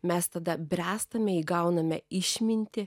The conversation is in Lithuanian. mes tada bręstame įgauname išmintį